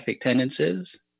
tendencies